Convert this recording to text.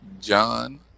John